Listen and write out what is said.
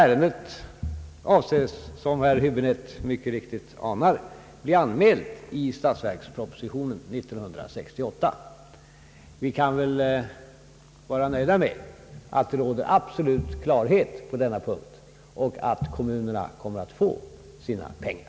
Ärendet avses, som herr Häibinette mycket riktigt anar, bli anmält i statsverkspropositionen 1968. Vi kan väl vara nöjda med att det råder absolut klarhet på denna punkt och att kommunerna kommer att få sina pengar.